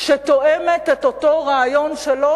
שתואמת את אותו רעיון שלו,